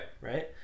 Right